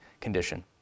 condition